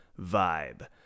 vibe